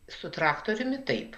su traktoriumi taip